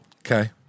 Okay